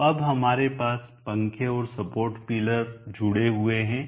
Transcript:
तो अब हमारे पास पंखे और सपोर्ट पिलर जुड़े हुए हैं